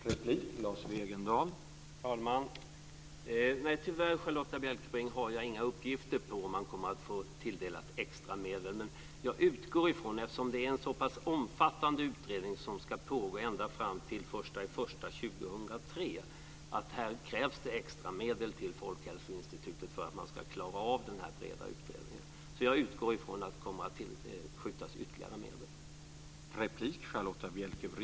Herr talman! Nej, tyvärr, Charlotta Bjälkebring, har jag inga uppgifter om ifall man kommer att tilldela extra medel. Eftersom det är en så pass omfattande utredning, som ska pågå ända fram till den 1 januari 2003, utgår jag dock från att det krävs extra medel till Folkhälsoinstitutet för att det ska klara uppgiften. Jag utgår alltså från att det kommer att skjutas till ytterligare medel.